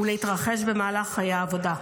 ולהתרחש במהלך חיי העבודה.